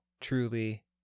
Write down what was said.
truly